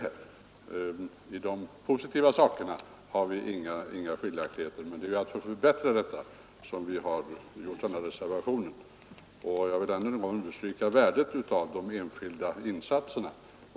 Beträffande de positiva sakerna finns inga delade meningar. Det är för att förbättra förslaget som vi har gjort våra reservationer. Jag vill än en gång understryka värdet av de enskilda insatserna.